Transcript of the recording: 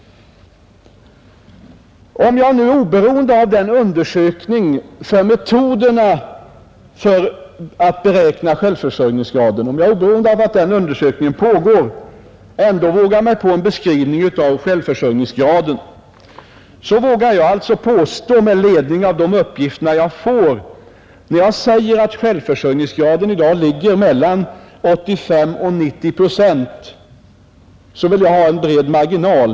Om jag nu, oberoende av att en undersökning om metoderna för att beräkna självförsörjningsgraden pågår, ändå ger mig på en beskrivning av självförsörjningsgraden, så vågar jag, med ledning av de uppgifter jag har, påstå att den i dag ligger mellan 85 och 90 procent, för att ta till en bred marginal.